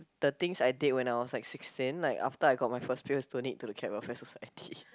the things I did when I was like sixteen like after I got my first pay was donate to the cat welfare society